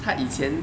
他以前